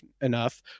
enough